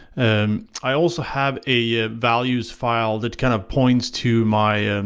and i also have a values file that kind of points to my and